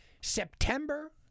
September